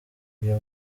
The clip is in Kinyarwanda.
uyu